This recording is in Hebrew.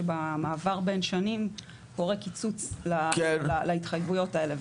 שבמעבר בין שנים הורה קיצוץ להתחייבויות האלה,